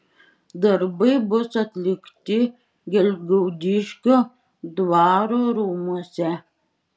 darbai bus atlikti gelgaudiškio dvaro rūmuose